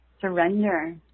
Surrender